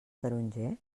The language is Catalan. taronger